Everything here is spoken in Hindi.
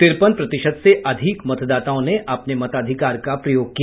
तिरपन प्रतिशत से अधिक मतदाताओं ने अपने मताधिकार का प्रयोग किया